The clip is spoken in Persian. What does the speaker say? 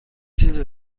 چیزی